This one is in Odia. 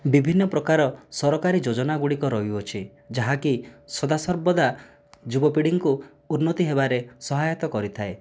ବିଭିନ୍ନ ପ୍ରକାର ସରକାରୀ ଯୋଜନା ଗୁଡ଼ିକ ରହିଅଛି ଯାହାକି ସଦାସର୍ବଦା ଯୁବପିଢ଼ୀଙ୍କୁ ଉନ୍ନତି ହେବାରେ ସହାୟତା କରିଥାଏ